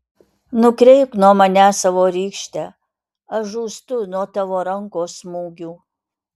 nukreipk nuo manęs savo rykštę aš žūstu nuo tavo rankos smūgių